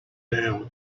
down